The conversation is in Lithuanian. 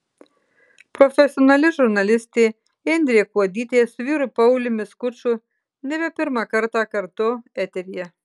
profesionali žurnalistė indrė kuodytė su vyru pauliumi skuču nebe pirmą kartą kartu eteryje